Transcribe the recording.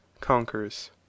conquers